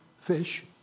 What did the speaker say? fish